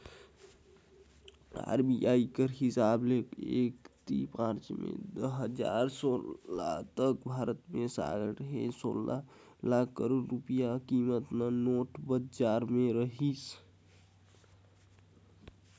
RBI कर हिसाब ले एकतीस मार्च दुई हजार सोला तक भारत में साढ़े सोला लाख करोड़ रूपिया कीमत कर नोट बजार में रहिस